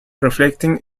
reflecting